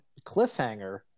Cliffhanger